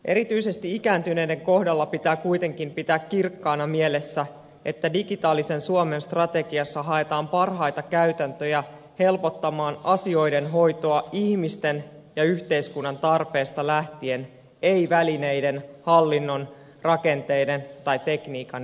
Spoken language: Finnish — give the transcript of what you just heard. erityisesti ikääntyneiden kohdalla pitää kuitenkin pitää kirkkaana mielessä että digitaalisen suomen strategiassa haetaan parhaita käytäntöjä helpottamaan asioiden hoitoa ihmisten ja yhteiskunnan tarpeista lähtien ei välineiden hallinnon rakenteiden tai tekniikan ehdoilla